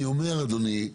אני אומר אדוני,